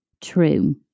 true